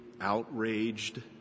outraged